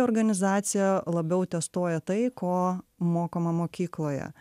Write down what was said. organizacija labiau testuoja tai ko mokoma mokykloje